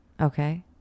Okay